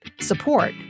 support